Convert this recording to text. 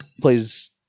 plays